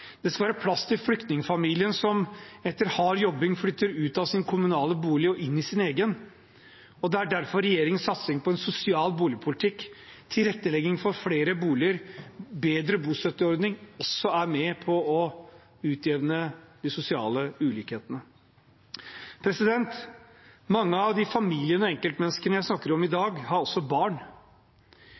Det skal være plass til flyktningfamilien som etter hard jobbing flytter ut av sin kommunale bolig og inn i sin egen. Det er derfor regjeringens satsing på en sosial boligpolitikk, tilrettelegging for flere boliger og en bedre bostøtteordning er med på å utjevne de sosiale ulikhetene. Mange av de familiene og enkeltmenneskene jeg snakker om i dag, har barn.